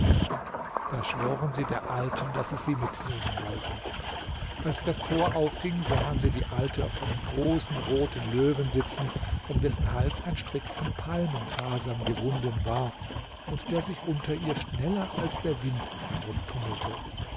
da schworen sie der alten daß sie sie mitnehmen wollten als das tor aufging sahen sie die alte auf einem großen roten löwen sitzen um dessen hals ein strick von palmenfasern gewunden war und der sich unter ihr schneller als der wind